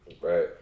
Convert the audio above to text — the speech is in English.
Right